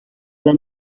alla